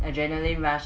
adrenaline rush uh